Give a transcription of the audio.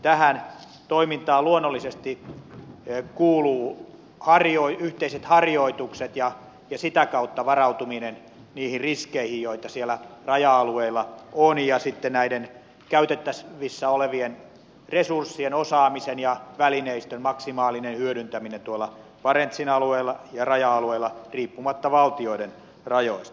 tähän toimintaan luonnollisesti kuuluvat yhteiset harjoitukset ja sitä kautta varautuminen niihin riskeihin joita raja alueilla on ja näiden käytettävissä olevien resurssien osaamisen ja välineistön maksimaalinen hyödyntäminen barentsin alueella ja raja alueella riippumatta valtioiden rajoista